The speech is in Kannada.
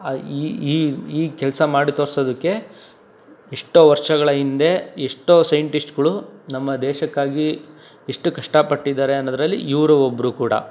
ಆ ಈ ಈ ಈ ಕೆಲಸ ಮಾಡಿ ತೋರ್ಸೋದಕ್ಕೆ ಎಷ್ಟೋ ವರ್ಷಗಳ ಹಿಂದೆ ಎಷ್ಟೋ ಸೈಂಟಿಸ್ಟ್ಗಳು ನಮ್ಮ ದೇಶಕ್ಕಾಗಿ ಎಷ್ಟು ಕಷ್ಟಪಟ್ಟಿದ್ದಾರೆ ಅನ್ನೋದರಲ್ಲಿ ಇವರೂ ಒಬ್ಬರು ಕೂಡ